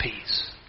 peace